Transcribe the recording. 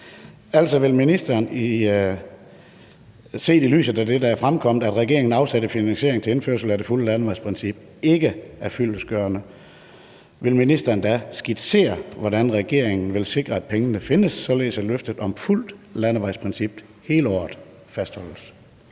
Altså, vil ministeren set i lyset af det, der er fremkommet, altså at den af regeringen fremsatte finansiering til indførelse af det fulde landevejsprincip ikke er fyldestgørende, skitsere, hvordan regeringen vil sikre, at pengene findes, således at løftet om et fuldt landevejsprincip hele året fastholdes?